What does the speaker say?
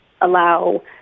allow